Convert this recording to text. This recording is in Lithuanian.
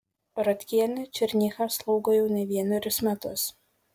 rotkienė černychą slaugo jau ne vienerius metus